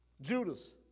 Judas